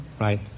Right